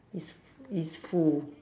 is is full